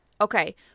Okay